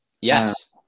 Yes